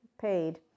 paid